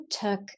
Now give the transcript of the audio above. took